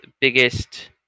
biggest